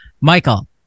michael